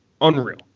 unreal